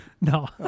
No